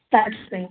साठ से